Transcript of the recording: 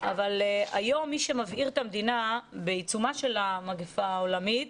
אבל היום מי שמבעיר את המדינה בעיצומה של המגיפה העולמית